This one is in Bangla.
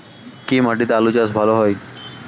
কি মাটিতে আলু চাষ ভালো হয়?